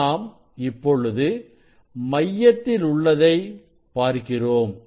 நாம் இப்பொழுது மையத்தில் உள்ளதை பார்க்கிறோம்